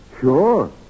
Sure